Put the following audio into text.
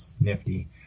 nifty